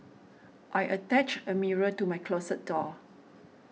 I attached a mirror to my closet door